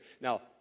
Now